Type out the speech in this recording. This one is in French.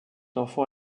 enfant